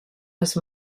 les